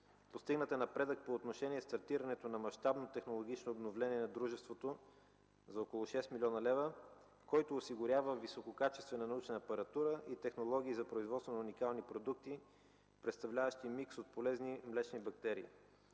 Постигнат е напредък по отношение стартирането на мащабно технологично обновление на дружеството за около 6 млн. лв., който осигурява висококачествена научна апаратура и технологии за производство на уникални продукти, представляващи микс от полезни млечни бактерии.